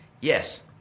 Yes